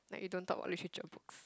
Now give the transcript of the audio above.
you don't talk about literature books